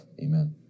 amen